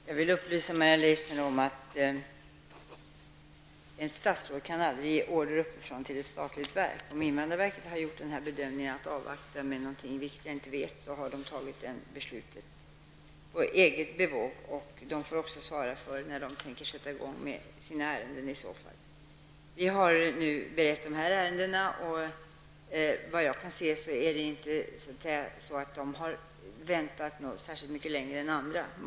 Herr talman! Jag vill upplysa Maria Leissner om att ett statsråd aldrig kan ge order uppifrån till ett statligt verk. Om invandrarverket har gjort bedömningen att avvakta med något, vilket jag inte känner till, har invandrarverket fattat detta beslut på eget bevåg och får i så fall också svara för det när man tänker sätta i gång med sina ärenden. Vi har nu berett dessa ärenden, och såvitt jag kan se har de inte väntat särskilt mycket längre än andra ärenden.